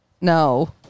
No